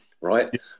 right